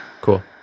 Cool